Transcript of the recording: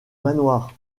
manoir